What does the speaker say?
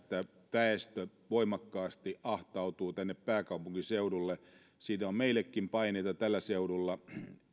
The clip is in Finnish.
väestö voimakkaasti ahtautuu tänne pääkaupunkiseudulle siitä on meillekin paineita tällä seudulla